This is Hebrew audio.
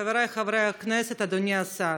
חבריי חברי הכנסת, אדוני השר,